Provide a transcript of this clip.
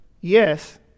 yes